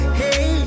hey